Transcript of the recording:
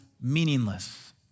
meaningless